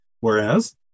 Whereas